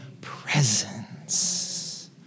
presence